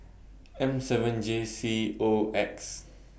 M seven J C O X